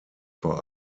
vor